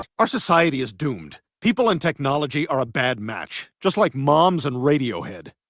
our society is doomed. people and technology are a bad match. just like moms and radiohead.